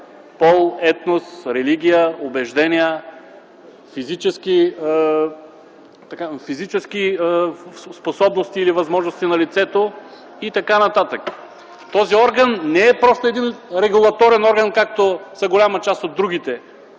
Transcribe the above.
пол, етнос, религия, убеждения, физически способности или възможности на лицето и така нататък. Този орган не е просто един регулаторен орган, както са голяма част от другите,